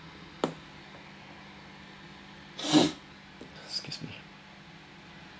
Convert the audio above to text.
excuse me